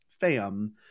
fam